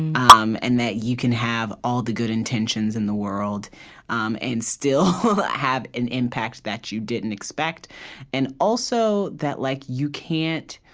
um and that you can have all the good intentions in the world um and still have an impact that you didn't expect and also, that like you can't